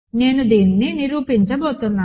నేను దీనిని నిరూపించబోతున్నాను